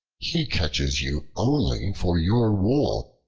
he catches you only for your wool,